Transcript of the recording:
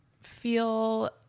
feel